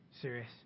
serious